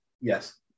yes